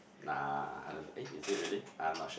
nah I don't eh is it really I am not sure